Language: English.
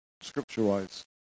scripture-wise